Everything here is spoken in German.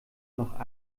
noch